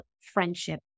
friendship